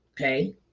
Okay